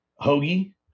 Hoagie